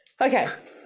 okay